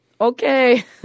Okay